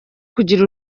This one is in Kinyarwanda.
kugira